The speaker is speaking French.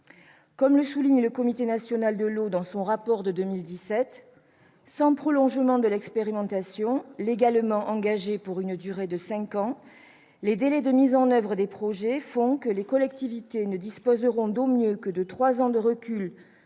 Comme le souligne le Comité national de l'eau dans son rapport de 2017, « sans prolongement de l'expérimentation, légalement engagée pour une durée de cinq ans, les délais de mise en oeuvre des projets font que les collectivités ne disposeront au mieux que de trois ans de recul